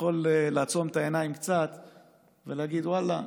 יוכל לעצום את העיניים קצת ולהגיד: ואללה,